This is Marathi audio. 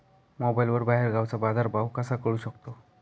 मोबाईलवर बाहेरगावचा बाजारभाव कसा कळू शकतो?